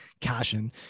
Cashin